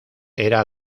era